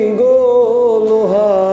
goluha